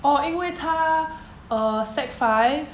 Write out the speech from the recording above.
orh 因为他 uh sec five